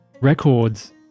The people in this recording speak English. records